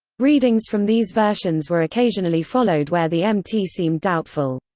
readings from these versions were occasionally followed where the mt seemed doubtful.